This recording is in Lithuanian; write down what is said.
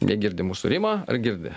negirdi mūsų rima ar girdi